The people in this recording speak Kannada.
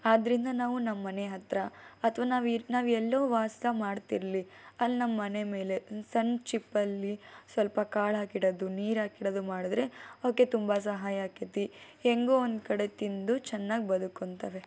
ಆದರಿಂದ ನಾವು ನಮ್ಮ ಮನೆ ಹತ್ತಿರ ಅಥವಾ ನಾವು ಇರೋ ನಾವು ಎಲ್ಲೇ ವಾಸ ಮಾಡ್ತಿರಲಿ ಅಲ್ಲಿ ನಮ್ಮ ಮನೆ ಮೇಲೆ ಒಂದು ಸಣ್ಣ ಚಿಪ್ಪಲ್ಲಿ ಸ್ವಲ್ಪ ಕಾಳು ಹಾಕಿಡೋದು ನೀರು ಹಾಕಿಡದು ಮಾಡಿದ್ರೆ ಅವುಕ್ಕೆ ತುಂಬಾ ಸಹಾಯ ಆಗ್ತೈತಿ ಹೆಂಗೋ ಒಂದು ಕಡೆ ತಿಂದು ಚೆನ್ನಾಗಿ ಬದುಕೋತಾವೆ